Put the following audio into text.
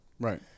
Right